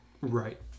Right